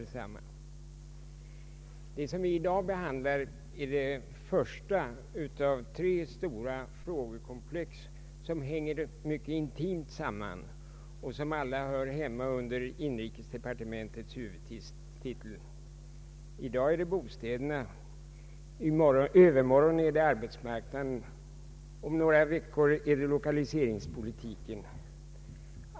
Vi har i dag att behandla det första av tre stora frågekomplex som hänger mycket intimt samman och som alla hör hemma under inrikesdepartementets huvudtitel. I dag är det bostäderna, i övermorgon arbetsmarknaden och om några veckor = lokaliseringspolitiken.